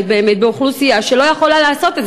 באמת באוכלוסייה שלא יכולה לעשות את זה.